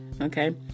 Okay